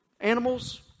animals